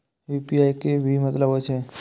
UPI के की मतलब हे छे?